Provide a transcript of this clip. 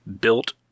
Built